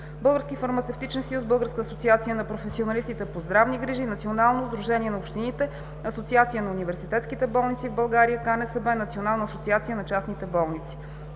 Българският фармацевтичен съюз, Българската асоциация на професионалистите по здравни грижи, Националното сдружение на общините, Асоциацията на университетските болници в България, КНСБ, Националната асоциация на частните болници.